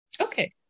Okay